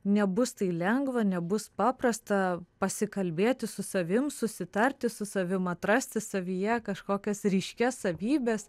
nebus tai lengva nebus paprasta pasikalbėti su savim susitarti su savim atrasti savyje kažkokias ryškias savybes